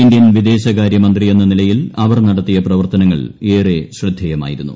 Indian വിദേശകാര്യമന്ത്രിയെന്ന നിലയിൽ അവർ നടത്തിയ പ്രവർത്തനങ്ങൾ ഏറെ ശ്രദ്ധേയമായിരുന്നു